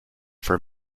for